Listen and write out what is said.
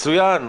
מצוין.